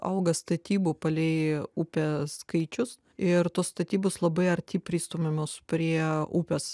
auga statybų palei upę skaičius ir tos statybos labai arti pristumiamos prie upės